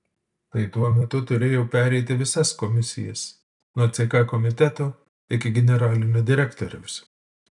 tai tuo metu turėjau pereiti visas komisijas nuo ck komiteto iki generalinio direktoriaus